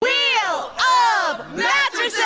wheel of mattresses!